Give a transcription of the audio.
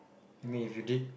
you mean if you did